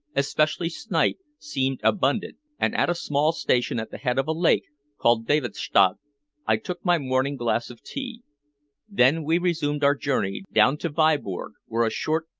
especially snipe, seemed abundant, and at a small station at the head of a lake called davidstadt i took my morning glass of tea then we resumed our journey down to viborg, where a short,